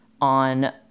on